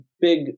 big